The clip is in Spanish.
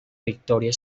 victoria